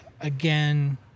again